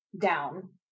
down